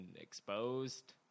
exposed